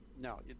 No